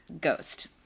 Ghost